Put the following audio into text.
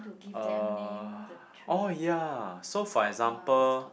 uh oh ya so for example